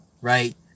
Right